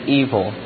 evil